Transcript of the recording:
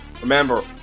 remember